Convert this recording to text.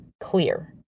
clear